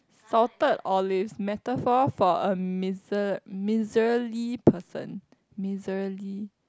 salted olives metaphor for a miser~ miserly person miserly